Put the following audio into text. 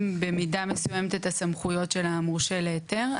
במידה מסוימת את הסמכויות של המורשה להיתר,